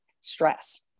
stress